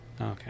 Okay